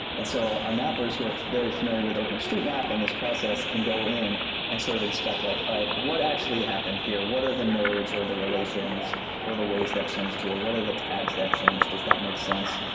and so our mappers, who are very familiar with openstreetmap and this process can go in and sort of inspect like, all right, what actually happened here? what are the nodes or the relations or the ways that changed here? what are the tags that changed? does that make sense?